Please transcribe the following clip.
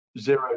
zero